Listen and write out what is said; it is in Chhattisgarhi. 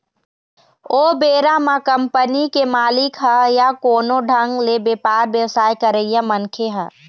ओ बेरा म कंपनी के मालिक ह या कोनो ढंग ले बेपार बेवसाय करइया मनखे ह